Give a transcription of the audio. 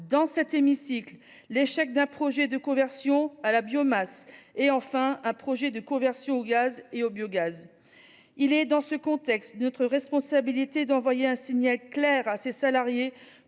une fois ; l’échec d’un projet de conversion à la biomasse ; enfin, un projet de conversion au gaz et au biogaz. Il est, dans ce contexte, de notre responsabilité d’envoyer un signal clair à ces salariés,